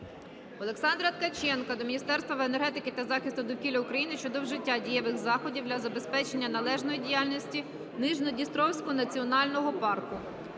Олександра Ткаченка до Міністерства енергетики та захисту довкілля України щодо вжиття дієвих заходів для забезпечення належної діяльності Нижньодністровського національного парку.